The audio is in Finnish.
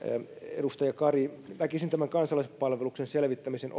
edustaja kari näkisin että tämä kansalaispalveluksen selvittäminen